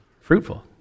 fruitful